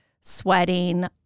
sweating